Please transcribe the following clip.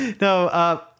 No